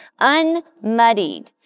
Unmuddied